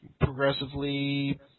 progressively